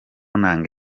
nanga